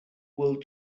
world